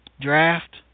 draft